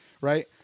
right